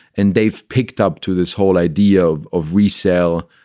and they've picked up to this whole idea of of resale.